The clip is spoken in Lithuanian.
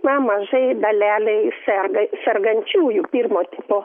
na mažai dalelei serga sergančiųjų pirmo tipo